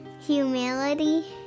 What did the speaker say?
Humility